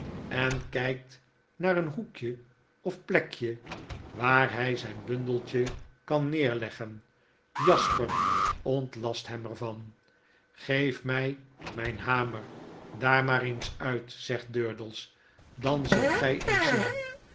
en kykt haar een hoekje of plekje waar hij zijn bundeltje kan neerleggen jasper ontlast hem er van geef mij mijn hamer daar maar eens uit zegt durdels dan zult gtj eens zien